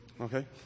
Okay